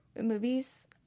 movies